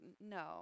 no